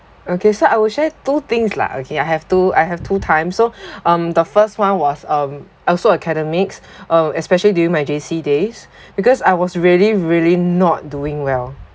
okay so I will share two things lah okay I have two I have two times so um the first one was um also academics uh especially during my J_C days because I was really really not doing well